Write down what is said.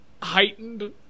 heightened